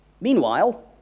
meanwhile